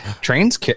Trains